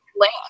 land